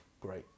Great